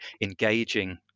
engaging